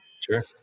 Sure